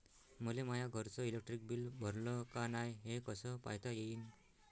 मले माया घरचं इलेक्ट्रिक बिल भरलं का नाय, हे कस पायता येईन?